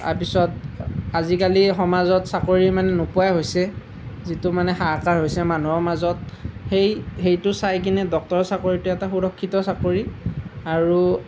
তাৰপিছত আজিকালি সমাজত চাকৰি ইমান নোপোৱাই হৈছে যিটো মানে হাহাকাৰ হৈছে মানুহৰ মাজত সেই সেইটো চাই কিনে ডক্তৰৰ চাকৰিটো এটা সুৰক্ষিত চাকৰি আৰু